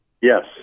Yes